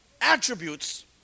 attributes